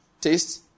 taste